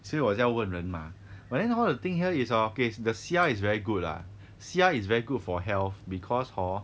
所以我也是要问人 mah but then hor the thing here is hor okay the 虾 is very good lah 虾 is very good for health because hor